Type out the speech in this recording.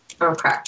Okay